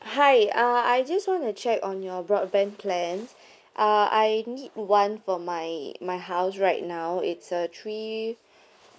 hi uh I just want to check on your broadband plans uh I need one for my my house right now it's a three